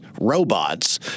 robots